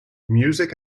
music